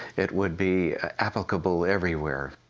it would be applicable everywhere.